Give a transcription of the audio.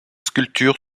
sculpture